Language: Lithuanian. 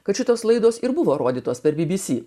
kad šitos laidos ir buvo rodytos per bbc